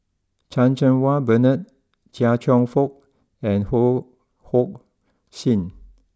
Chan Cheng Wah Bernard Chia Cheong Fook and Ho Hong sing